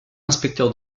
inspecteur